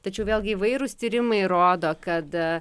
tačiau vėlgi įvairūs tyrimai rodo kad